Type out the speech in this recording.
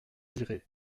diray